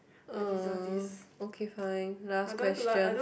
uh okay fine last question